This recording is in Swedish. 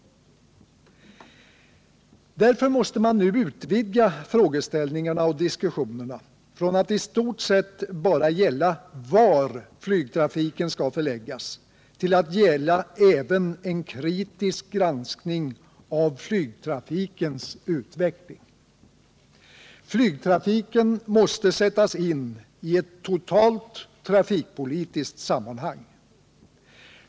Därför måste man nu utvidga frågeställningarna och diskussionerna från att i stort sett bara gälla var flygtrafiken skall förläggas till att gälla även en kritisk granskning av flygtrafikens utveckling. Flygtrafiken måste sättas in i ett totalt trafikpolitiskt sammanhang.